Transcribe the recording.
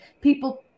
people